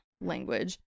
language